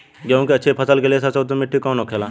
गेहूँ की अच्छी फसल के लिए सबसे उत्तम मिट्टी कौन होखे ला?